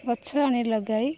ଗଛ ଆଣି ଲଗାଇ